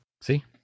See